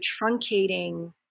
truncating